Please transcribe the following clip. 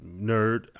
nerd